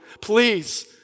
please